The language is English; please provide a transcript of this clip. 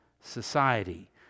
society